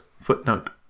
Footnote